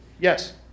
Yes